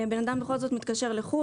בן אדם בכל זאת מתקשר לחוץ לארץ,